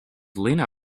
lena